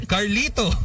Carlito